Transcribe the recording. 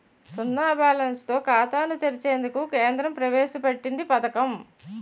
సున్నా బ్యాలెన్స్ తో ఖాతాను తెరిచేందుకు కేంద్రం ప్రవేశ పెట్టింది పథకం